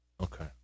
Okay